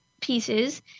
pieces